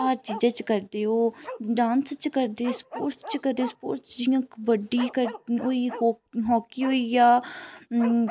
हर चीज़ै च करदे ओह् डांस च करदे स्पोर्ट्स च करदे स्पोर्ट्स च जि'यां कबड्डी होई हॉकी होइया